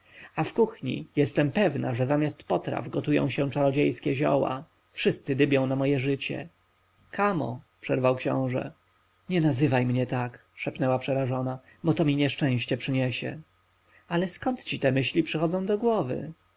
a w kuchni jestem pewna że zamiast potraw gotują się czarodziejskie zioła wszyscy dybią na moje życie kamo przerwał książę nie nazywaj mnie tak szepnęła przerażona bo mi to nieszczęście przyniesie ale skąd ci te myśli przychodzą do głowy